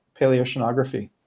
paleoceanography